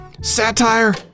satire